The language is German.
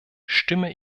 stimme